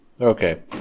Okay